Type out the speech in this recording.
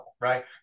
right